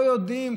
לא יודעים,